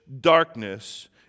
darkness